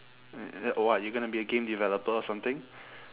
what you going to be a game developer or something